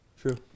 True